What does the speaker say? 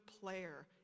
player